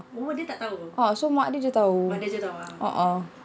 uh so mak dia jer tahu uh uh